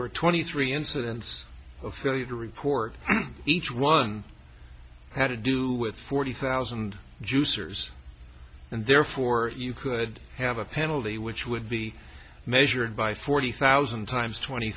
were twenty three incidents of the report each one had to do with forty thousand juicers and therefore you could have a penalty which would be measured by forty thousand times twenty